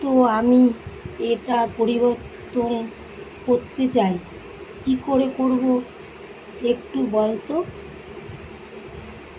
তো আমি এটা পরিবর্তন করতে চাই কী করে করবো একটু বলতো